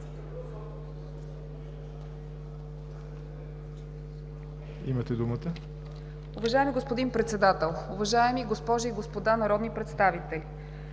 имате думата